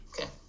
Okay